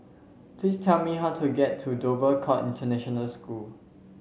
please tell me how to get to Dover Court International School